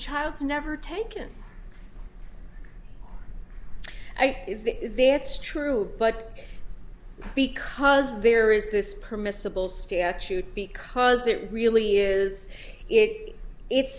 child's never taken their it's true but because there is this permissible statute because it really is it it's